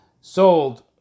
sold